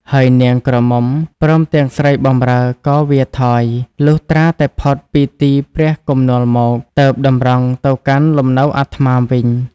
ហើយនាងក្រមុំ ព្រមទាំងស្រីបម្រើក៏វារថយ លុះត្រាតែផុតពីទីព្រះគំនាល់មក ទើបតម្រង់ទៅកាន់លំនៅអាត្មាវិញ ។